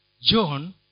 John